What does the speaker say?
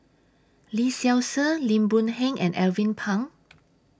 Lee Seow Ser Lim Boon Heng and Alvin Pang